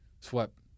swept